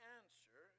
answer